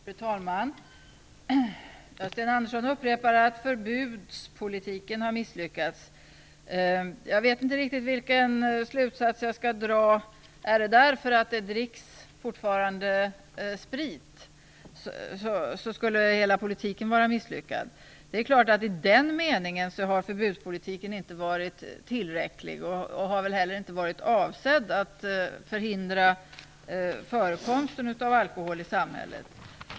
Fru talman! Sten Andersson upprepar att förbudspolitiken har misslyckats. Jag vet inte riktigt vilken slutsats jag skall dra. Hela politiken skulle ju vara misslyckad om man ser till att det fortfarande dricks sprit. Det är klart att förbudspolitiken i den meningen inte har varit tillräcklig. Den har väl heller inte varit avsedd att förhindra förekomsten av alkohol i samhället.